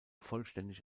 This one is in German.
vollständig